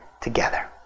together